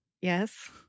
Yes